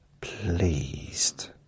pleased